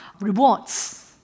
rewards